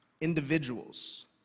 individuals